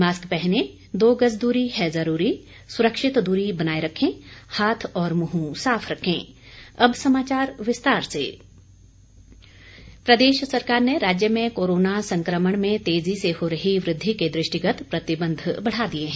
mask पहनें दो गज दूरी है जरूरी सुरक्षित दूरी बनाये रखें हाथ और मुंह साफ रखें और अब समाचार विस्तार से मुख्यमंत्री प्रदेश सरकार ने राज्य में कोरोना संकमण में तेजी से हो रही वृद्धि के दृष्टिगत प्रतिबंध बढ़ा दिए हैं